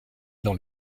dans